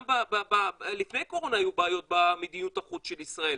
גם לפני הקורונה היו בעיות במדיניות החוץ של ישראל.